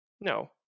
No